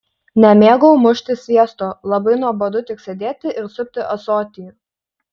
nemėgau mušti sviesto labai nuobodu tik sėdėti ir supti ąsotį